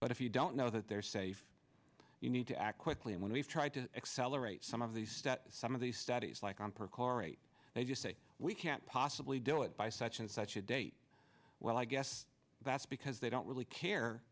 but if you don't know that they're safe you need to act quickly when we've tried to accelerate some of these some of these studies like on perchlorate they just say we can't possibly do it by such and such a date well i guess that's because they don't really care